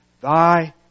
Thy